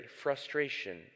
Frustration